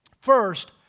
First